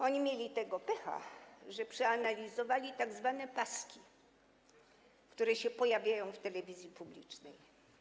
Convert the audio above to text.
Oni mieli tego pecha, że przeanalizowali tzw. paski, które pojawiają się w telewizji publicznej.